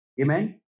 Amen